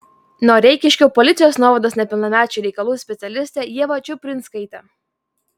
noreikiškių policijos nuovados nepilnamečių reikalų specialistę ievą čiuprinskaitę